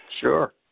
sure